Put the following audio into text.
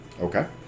Okay